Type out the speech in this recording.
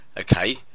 Okay